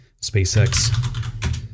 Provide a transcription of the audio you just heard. SpaceX